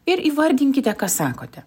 ir įvardinkite ką sakote